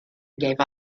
gave